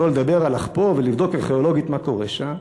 שלא לדבר על לחפור ולבדוק ארכיאולוגית מה קורה שם,